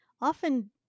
often